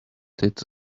start